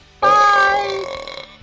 Bye